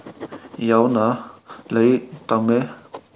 ꯌꯥꯎꯅ ꯂꯥꯏꯔꯤꯛ ꯇꯝꯃꯦ